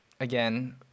again